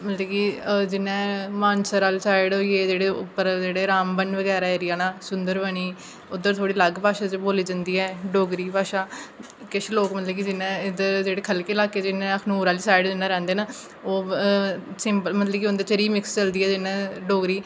मतलब कि जि'यां मानसर आह्ली साइड होइये जेह्ड़े उप्पर जेह्ड़े रामबन बगैरा एरिया न सुंदरबनी उद्धर थोह्ड़ी अलग भाशा च बोली जंदी ऐ डोगरी भाशा किश लोक मतलब कि जि'यां इद्धर खलके लाके च जि'यां अखनूर आह्ली साइड रैहंदे न जि'यां उं'दे च मतलब रिमिक्स चलदी ऐ जि'यां डोगरी